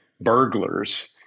burglars